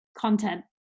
content